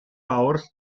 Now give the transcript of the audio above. hours